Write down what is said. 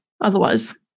Otherwise